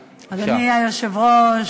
השר,